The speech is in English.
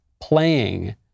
playing